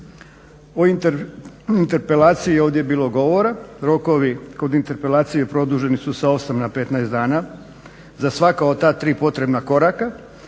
O interpelaciji je ovdje bilo govora. Rokovi kod interpelacije produženi su sa 8 na 15 dana za svaka od ta tri potrebna koraka,